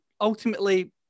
ultimately